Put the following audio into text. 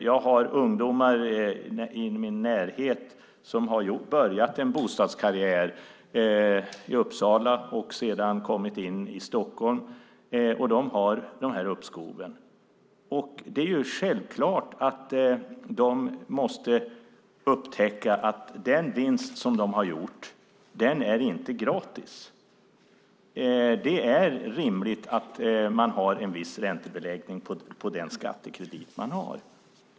Jag har ungdomar i min närhet som har börjat en bostadskarriär i Uppsala och sedan kommit till Stockholm. De har dessa uppskov. Det är självklart att de måste upptäcka att den vinst som de har gjort inte är gratis. Det är rimligt att man har en viss räntebeläggning på den skattekredit man har.